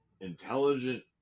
intelligent